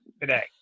today